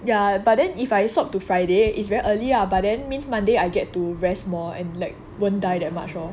ya but then if I swap to friday is very early ah but then means monday I get to rest more and like won't die that much lor